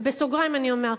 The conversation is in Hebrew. ובסוגריים אני אומר,